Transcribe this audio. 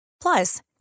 Plus